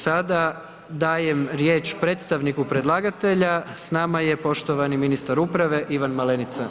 Sada dajem riječ predstavniku predlagatelja, s nama je poštovani ministar uprave Ivan Malenica.